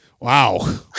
Wow